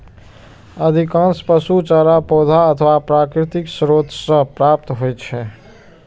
अधिकांश पशु चारा पौधा अथवा प्राकृतिक स्रोत सं प्राप्त होइ छै